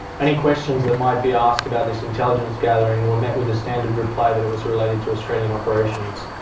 any questions that might be asked about this intelligence gathering were met with the standard reply that it was related to australian operations.